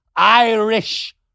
Irish